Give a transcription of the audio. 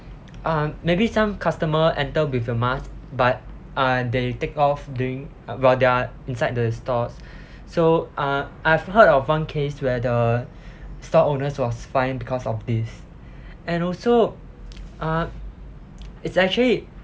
uh maybe some customer enter with a mask but uh they take off during while they are inside the stores so uh I've heard of one case where the store owners was fined because of this and also uh it's actually